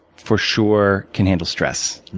for sure, can handle stress